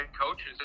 coaches